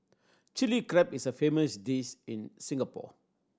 Chilli Crab is a famous dish in Singapore